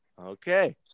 okay